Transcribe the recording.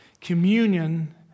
Communion